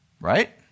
Right